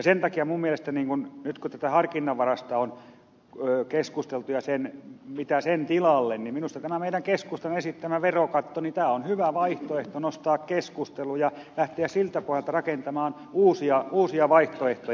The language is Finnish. sen takia minun mielestäni nyt kun tästä harkinnanvaraisesta on keskusteltu ja siitä mitä sen tilalle tämä meidän keskustan esittämä verokatto on hyvä vaihtoehto nostaa keskusteluun ja lähteä siltä pohjalta rakentamaan uusia vaihtoehtoja